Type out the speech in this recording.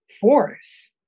force